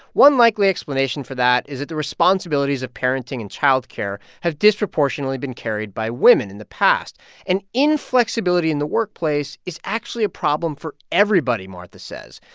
one likely explanation for that is that the responsibilities of parenting and childcare have disproportionately been carried by women in the past and inflexibility in the workplace is actually a problem for everybody, martha says.